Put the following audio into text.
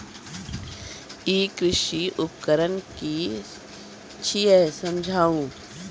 ई कृषि उपकरण कि छियै समझाऊ?